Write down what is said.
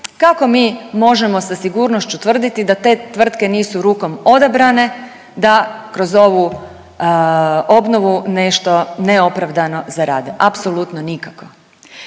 Kako mi možemo sa sigurnošću tvrditi da te tvrtke nisu rukom odabrane da kroz ovu obnovu nešto neopravdano zarade? Apsolutno nikako.